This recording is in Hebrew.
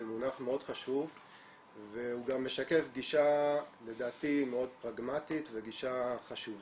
זה מונח מאוד חשוב והוא גם משקף גישה לדעתי מאוד פרגמטית וחשובה,